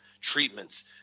treatments